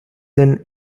then